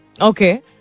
okay